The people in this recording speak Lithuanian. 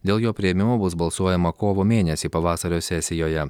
dėl jo priėmimo bus balsuojama kovo mėnesį pavasario sesijoje